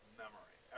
memory